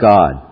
God